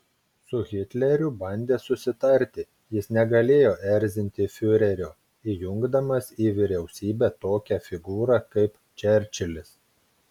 su hitleriu bandė susitarti jis negalėjo erzinti fiurerio įjungdamas į vyriausybę tokią figūrą kaip čerčilis